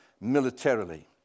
militarily